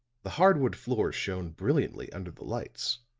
the hardwood floor shone brilliantly under the lights